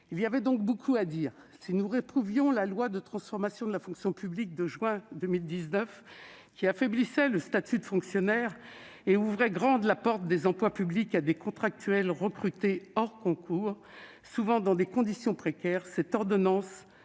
Il y aurait beaucoup à dire. Si nous réprouvions la loi de transformation de la fonction publique de juin 2019, qui affaiblissait le statut de fonctionnaire et ouvrait grande la porte des emplois publics à des contractuels recrutés en dehors des concours, souvent dans des conditions précaires, cette ordonnance,